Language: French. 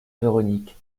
véronique